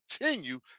continue